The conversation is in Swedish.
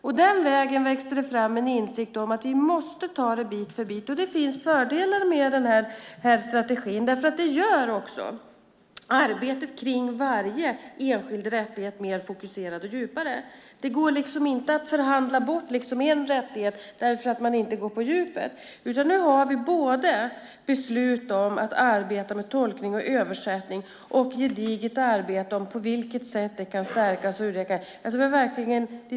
På den vägen växte det fram en insikt om att vi måste ta det hela bit för bit och att det finns fördelar med strategin. Det gör arbetet runt varje enskild rättighet mer fokuserat och djupare. Det går inte att förhandla bort en rättighet därför att man inte går på djupet. Nu har vi beslut om både att arbeta med tolkning och översättning och att arbeta gediget med frågan på vilket sätt detta kan stärkas.